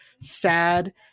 sad